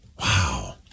Wow